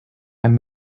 and